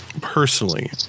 personally